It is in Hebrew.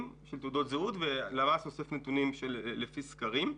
שהם תעודות זהות והלמ"ס אוספת נתונים לפי סקרים.